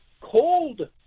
cold